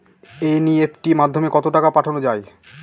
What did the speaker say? NEFT মাধ্যমে কত টাকা পাঠানো যায়?